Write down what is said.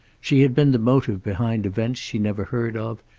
she had been the motive behind events she never heard of,